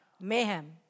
Mayhem